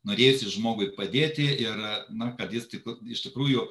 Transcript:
norėjosi žmogui padėti ir na kad jis tik iš tikrųjų